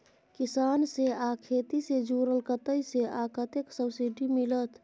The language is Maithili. किसान से आ खेती से जुरल कतय से आ कतेक सबसिडी मिलत?